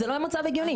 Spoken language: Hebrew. זה לא מצב הגיוני.